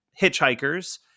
hitchhikers